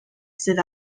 sydd